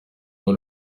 wari